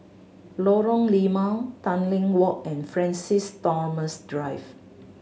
Lorong Limau Tanglin Walk and Francis Thomas Drive